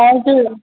हजुर